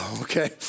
okay